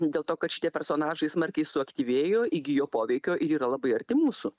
dėl to kad šitie personažai smarkiai suaktyvėjo įgijo poveikio ir yra labai arti mūsų